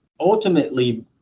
ultimately